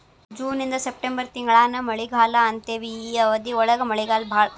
June ಇಂದ September ತಿಂಗಳಾನ ಮಳಿಗಾಲಾ ಅಂತೆವಿ ಈ ಅವಧಿ ಒಳಗ ಮಳಿ ಬಾಳ